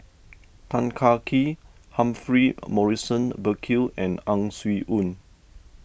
Tan Kah Kee Humphrey Morrison Burkill and Ang Swee Aun